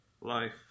life